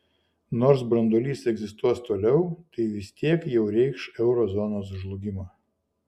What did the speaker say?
nors branduolys egzistuos toliau tai vis tiek jau reikš euro zonos žlugimą